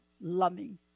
loving